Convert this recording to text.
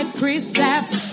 precepts